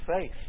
faith